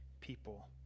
people